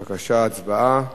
בבקשה, הצבעה.